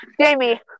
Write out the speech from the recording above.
Jamie